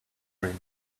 cream